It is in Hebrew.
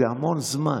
זה המון זמן.